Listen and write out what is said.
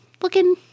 looking